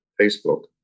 Facebook